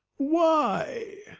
why?